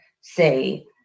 say